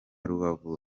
rubavu